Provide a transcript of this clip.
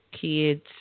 kid's